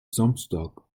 samstag